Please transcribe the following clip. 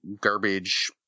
garbage